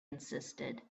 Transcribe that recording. insisted